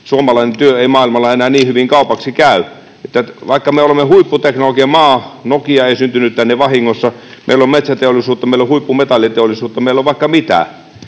suomalainen työ ei maailmalla enää niin hyvin kaupaksi käy. Vaikka me olemme huipputeknologiamaa — Nokia ei syntynyt tänne vahingossa, ja meillä on metsäteollisuutta, meillä on huippumetalliteollisuutta, meillä on vaikka mitä